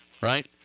Right